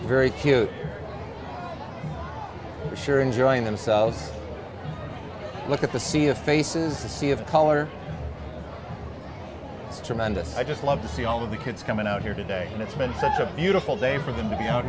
very cute for sure enjoying themselves look at the sea of faces a sea of color it's tremendous i just love to see all of the kids coming out here today and it's been such a beautiful day for them to be out